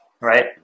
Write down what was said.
right